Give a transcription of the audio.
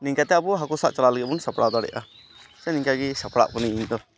ᱱᱮᱝᱠᱟᱛᱮ ᱟᱵᱚ ᱦᱟᱹᱠᱩ ᱥᱟᱵ ᱪᱟᱞᱟᱣ ᱞᱟᱹᱜᱤᱫ ᱵᱚᱱ ᱥᱟᱯᱲᱟᱣ ᱫᱟᱲᱮᱜᱼᱟ ᱥᱮ ᱱᱮᱝᱠᱟᱜᱮ ᱥᱟᱯᱲᱟᱜ ᱠᱟᱹᱱᱟᱹᱧ ᱤᱧᱫᱚ